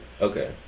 okay